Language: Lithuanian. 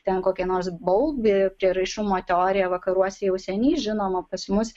ten kokia nors baubi prieraišumo teorija vakaruose jau seniai žinoma pas mus